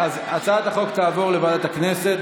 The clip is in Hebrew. אז הצעת החוק תעבור לוועדת הכנסת,